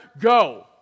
go